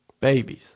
babies